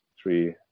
three